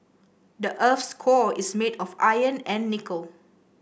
the earth's core is made of iron and nickel